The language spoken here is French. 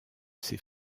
ses